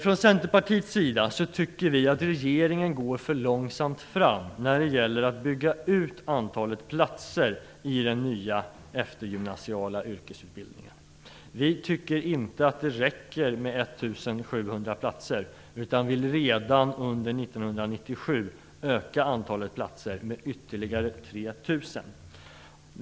Från Centerpartiets sida tycker vi att regeringen går för långsamt fram när det gäller att bygga ut antalet platser i den nya eftergymnasiala yrkesutbildningen. Vi tycker inte att det räcker med 1 700 platser, utan vill redan under 1997 öka antalet platser med ytterligare 3 000.